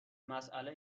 مسئله